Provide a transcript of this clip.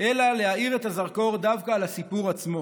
אלא להאיר את הזרקור דווקא על הסיפור עצמו,